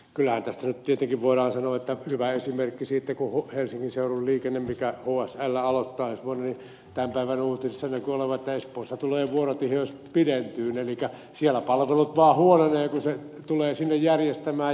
kyllähän tästä nyt tietenkin voidaan sanoa että hyvä esimerkki on se kun helsingin seudun liikenne tämä hsl aloittaa ensi vuonna ja tämän päivän uutisissa näkyi olevan että espoossa tulee vuorotiheys pidentymään elikkä siellä palvelut vaan huononevat kun se tulee sinne ne järjestämään